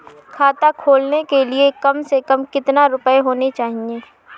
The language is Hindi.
खाता खोलने के लिए कम से कम कितना रूपए होने चाहिए?